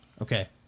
Okay